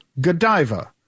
Godiva